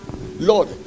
Lord